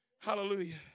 Hallelujah